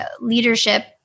leadership